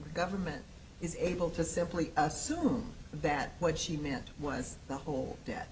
government is able to simply assume that what she meant was the whole